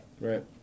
Right